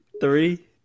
Three